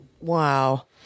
Wow